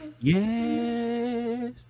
Yes